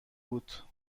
بود